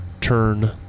turn